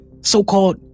so-called